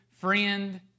friend